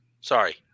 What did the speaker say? Sorry